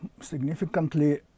significantly